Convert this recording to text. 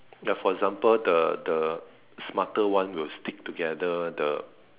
yup for example the the smarter one will stick together the